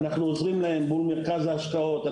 אנחנו עוזרים להם מול מרכז ההשקעות,